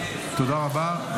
תודה רבה.